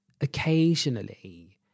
occasionally